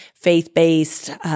faith-based